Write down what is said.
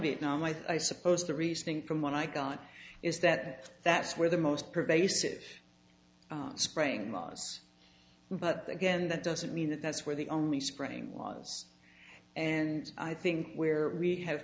now i suppose the reasoning from when i got is that that's where the most pervasive spraying was but again that doesn't mean that that's where the only spreading was and i think where we have